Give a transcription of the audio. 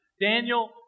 Daniel